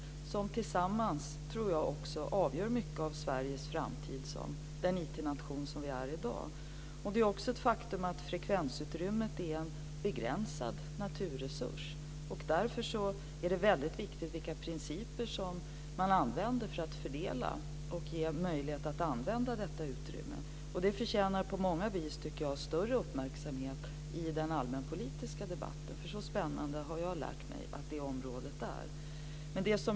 De avgör tillsammans mycket av Sveriges framtid - som den IT-nation vi är i dag. Det är också ett faktum att frekvensutrymmet är en begränsad naturresurs. Därför är det viktigt vilka principer man använder för att fördela och ge möjlighet att använda detta utrymme. Det förtjänar på många sätt större uppmärksamhet i den allmänpolitiska debatten. Så spännande har jag lärt mig att det området är.